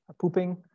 pooping